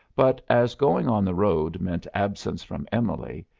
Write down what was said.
but as going on the road meant absence from emily,